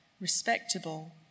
respectable